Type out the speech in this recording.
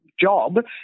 job